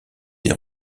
des